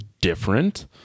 different